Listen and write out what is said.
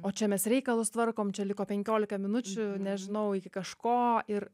o čia mes reikalus tvarkom čia liko penkiolika minučių nežinau iki kažko ir